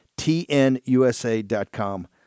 TNUSA.com